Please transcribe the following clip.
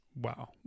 Wow